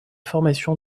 formation